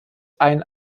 ein